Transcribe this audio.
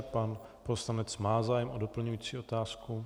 Pan poslanec má zájem o doplňující otázku?